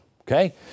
okay